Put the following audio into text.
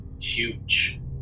huge